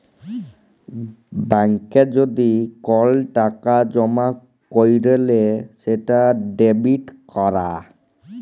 ব্যাংকে যদি কল টাকা জমা ক্যইরলে সেট ডেবিট ক্যরা